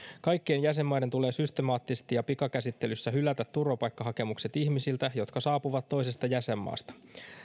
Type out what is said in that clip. kaikkien jäsenmaiden tulee systemaattisesti ja pikakäsittelyssä hylätä turvapaikkahakemukset ihmisiltä jotka saapuvat toisesta jäsenmaasta